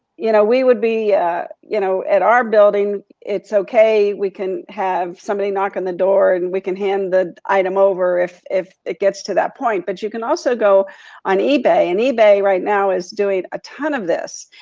you know we would be ah you know at our building, it's okay, we can have somebody knock on the door. and we can hand the item over, if if it gets to that point. but you can also go on ebay. and ebay right now is doing a ton of this.